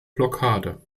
blockade